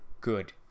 Good